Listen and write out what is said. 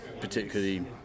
particularly